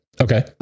Okay